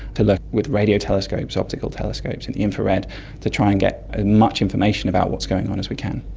to look with radio telescopes, optical telescopes at the infrared to try and get as ah much information about what's going on as we can.